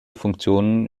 funktionen